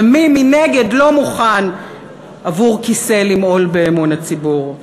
ומי מנגד לא מוכן עבור כיסא למעול באמון הציבור,